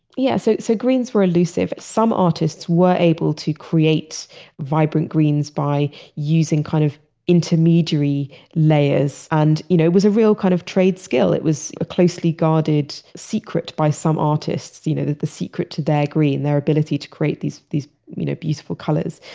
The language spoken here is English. yeah. so so greens were allusive. some artists were able to create vibrant greens by using kind of intermediary layers and you know was a real kind of trade skill. it was a closely guarded secret by some artists, the you know secret to their green, their ability to create these these you know beautiful colors.